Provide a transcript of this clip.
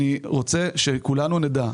אני רוצה שכולנו נדע,